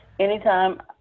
Anytime